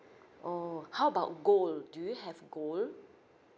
orh how about gold do you have gold